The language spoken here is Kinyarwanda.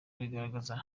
kubigaragaza